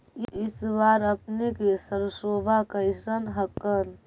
इस बार अपने के सरसोबा कैसन हकन?